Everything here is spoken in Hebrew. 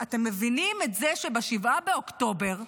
אתם מבינים את זה שב-7 באוקטובר,